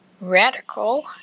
radical